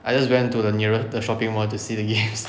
I just went to the nearest the shopping mall to see the games